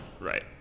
Right